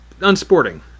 unsporting